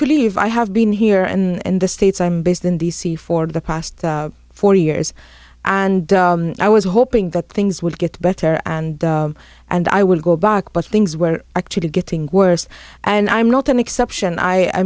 to leave i have been here and the states i'm based in d c for the past forty years and i was hoping that things would get better and and i would go back but things were actually getting worse and i'm not an exception i